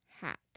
hat